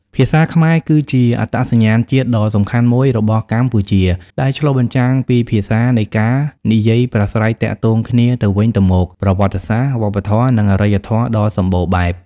ភាសាខ្មែរគឺជាអត្តសញ្ញាណជាតិដ៏សំខាន់មួយរបស់កម្ពុជា ដែលឆ្លុះបញ្ចាំងពីភាសារនៃការនិយាយប្រាស្រ័យទាក់ទងគ្នាទៅវិញទៅមក ប្រវត្តិសាស្ត្រ វប្បធម៌ និងអរិយធម៌ដ៏សម្បូរបែប។